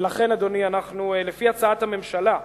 ולכן, אדוני, אנחנו, לפי הצעת הממשלה,